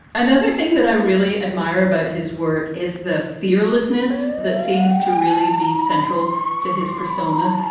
another thing that i really admire about his work is the fearlessness that seems to really be central to his persona.